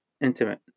intimate